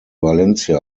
valencia